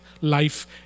life